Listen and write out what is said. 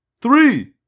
three